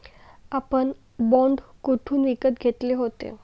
आपण बाँड कोठून विकत घेतले होते?